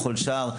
בכל שער,